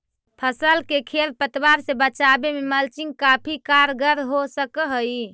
फसल के खेर पतवार से बचावे में मल्चिंग काफी कारगर हो सकऽ हई